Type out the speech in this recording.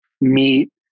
meet